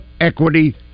equity